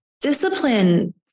Discipline